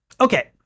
okay